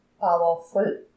powerful